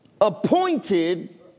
appointed